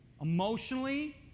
emotionally